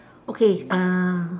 okay uh